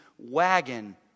Wagon